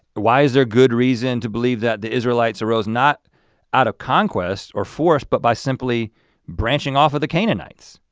why is there good reason to believe that the israelites arose not out of conquest or force but by simply branching off of the canaanites?